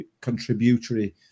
contributory